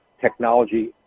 technology